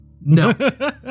No